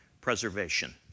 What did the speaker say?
preservation